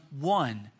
one